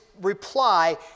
reply